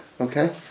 okay